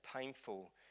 painful